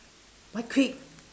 why quick